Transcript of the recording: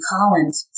Collins